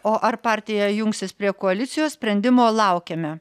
o ar partija jungsis prie koalicijos sprendimo laukiame